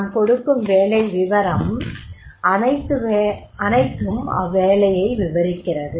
நாம் கொடுக்கும் வேலை விவரம் அனைத்தும் அவ்வேலையை விவரிக்கிறது